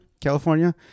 California